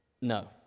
No